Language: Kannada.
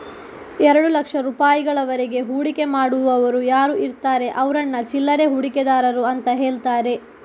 ಎರಡು ಲಕ್ಷ ರೂಪಾಯಿಗಳವರೆಗೆ ಹೂಡಿಕೆ ಮಾಡುವವರು ಯಾರು ಇರ್ತಾರೆ ಅವ್ರನ್ನ ಚಿಲ್ಲರೆ ಹೂಡಿಕೆದಾರರು ಅಂತ ಹೇಳ್ತಾರೆ